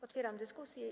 Otwieram dyskusję.